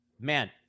Man